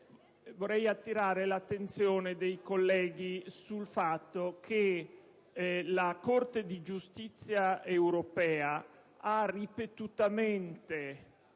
vorrei attirare l'attenzione dei colleghi sul fatto che la Corte di giustizia europea ha ripetutamente